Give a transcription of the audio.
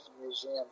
museum